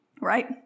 right